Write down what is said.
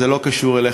זה לא קשור אליך,